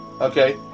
Okay